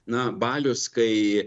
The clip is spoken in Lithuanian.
na balius kai